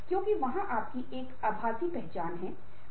यह आम जमीन खोजने और तालमेल बनाने की क्षमता है